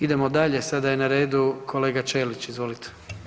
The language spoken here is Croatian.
Idemo dalje, sada je na redu kolega Ćelić, izvolite.